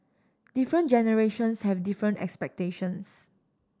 different generations have different expectations